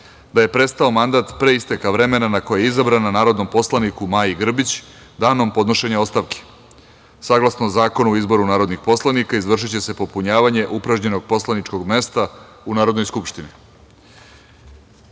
da je prestao mandat, pre isteka vremena na koje je izabrana, narodnom poslaniku Maji Grbić, danom podnošenja ostavke. Saglasno Zakonu o izboru narodnih poslanika, izvršiće se popunjavanje upražnjenog poslaničkog mesta u Narodnoj skupštini. Sada